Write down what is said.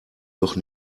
doch